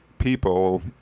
people